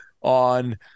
on